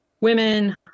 women